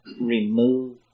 Remove